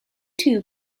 two